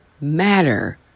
matter